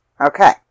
Okay